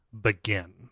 begin